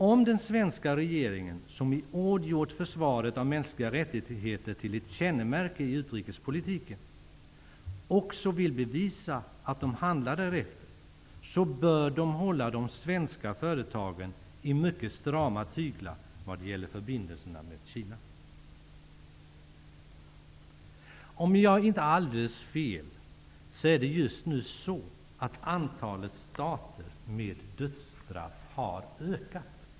Om den svenska regeringen, som i ord gjort försvaret av mänskliga rättigheter till ett kännemärke för utrikespolitiken, också vill bevisa att den handlar därefter, bör den hålla de svenska företagen i mycket strama tyglar vad gäller förbindelserna med Kina. Om jag inte har helt fel är det så att antalet stater som har dödsstraff nu har ökat.